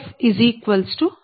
0